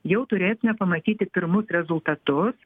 jau turėtume pamatyti pirmus rezultatus